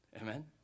Amen